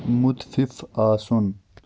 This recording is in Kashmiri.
مُتفِف آسُن